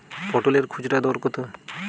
পটলের খুচরা দর কত?